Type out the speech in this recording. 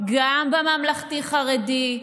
גם בממלכתי חרדי,